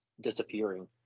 disappearing